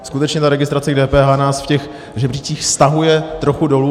Skutečně ta registrace k DPH nás v těch žebříčcích stahuje trochu dolů.